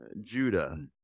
Judah